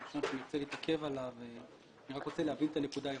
אני רוצה להבין את הנקודה.